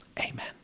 Amen